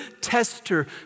tester